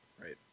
right